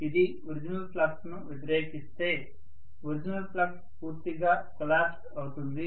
ఇది ఒరిజినల్ ఫ్లక్స్ను వ్యతిరేకిస్తే ఒరిజినల్ ఫ్లక్స్ పూర్తిగా కొలాప్స్ అవుతుంది